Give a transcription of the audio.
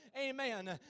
amen